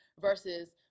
versus